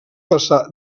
passar